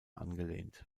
angelehnt